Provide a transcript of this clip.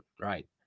right